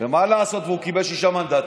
ומה לעשות שהוא קיבל שישה מנדטים?